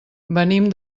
venim